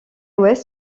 ouest